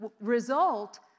result